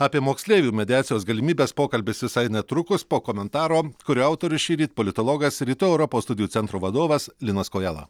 apie moksleivių mediacijos galimybes pokalbis visai netrukus po komentaro kurio autorius šįryt politologas rytų europos studijų centro vadovas linas kojala